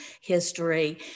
history